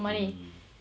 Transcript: mm